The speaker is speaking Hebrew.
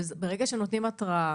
ברגע שנותנים התראה,